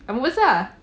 lampu besar